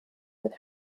with